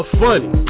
funny